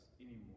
anymore